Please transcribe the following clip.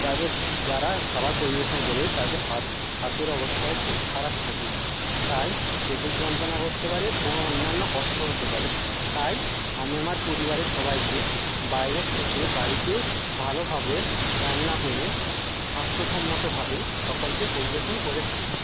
তাদের যারা খাবার পরিবেশন করে তাদের হাতের অবস্থাও খুব খারাপ থাকে তাই পেটের যন্ত্রনা করতে পারে ও অন্যান্য কষ্ট হতে পারে তাই আমি আমার পরিবারের সবাইকে বাইরের থেকে বাড়িতেই ভালোভাবে রান্না করে স্বাস্ত্যসম্মতভাবে সকলকে পরিবেশন করে থাকি